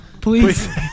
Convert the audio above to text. please